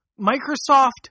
Microsoft